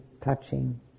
touching